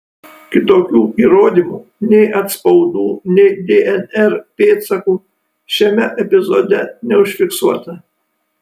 kitokių įrodymų nei atspaudų nei dnr pėdsakų šiame epizode neužfiksuota